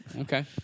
Okay